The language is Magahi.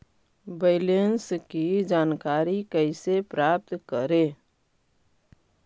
बैलेंस की जानकारी कैसे प्राप्त करे?